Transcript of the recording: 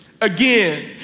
again